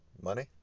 money